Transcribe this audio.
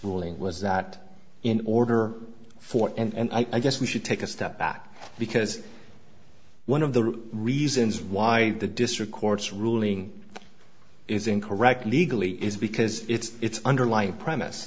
ruling was that in order for and i guess we should take a step back because one of the reasons why the district court's ruling is incorrect legally is because its underlying premise